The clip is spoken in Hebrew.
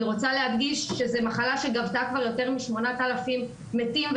אני רוצה להדגיש שזו מחלה שגבתה כבר יותר מ-8,000 מתים.